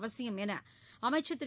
அவசியம் என்று அமைச்சர் திரு